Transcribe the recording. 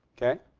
ok.